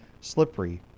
slippery